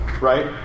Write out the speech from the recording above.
right